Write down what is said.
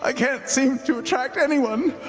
ah can't seem to attract anyone.